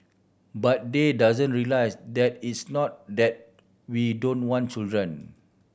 but they doesn't realise that it's not that we don't want children